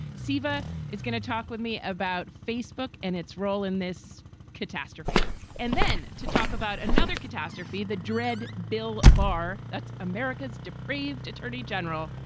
siva is going to talk with me about facebook and its role in this catastrophe and then to talk about another catastrophe, the dread bill bar. that's america's depraved attorney general.